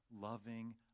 Loving